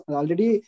already